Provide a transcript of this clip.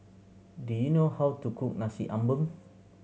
do you know how to cook Nasi Ambeng